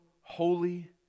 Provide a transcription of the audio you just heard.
holy